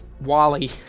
Wally